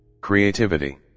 creativity